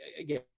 again